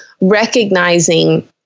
recognizing